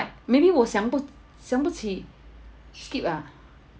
maybe 我想不想不起 skip ah